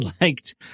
liked